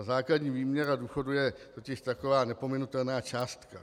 Základní výměra důchodu je totiž taková nepominutelná částka.